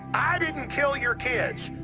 i didn't kill your kids.